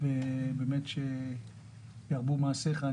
ושירבו מעשיך.